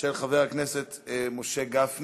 אני קובע, אז חבר הכנסת דב חנין,